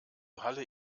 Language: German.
halle